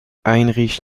heinrich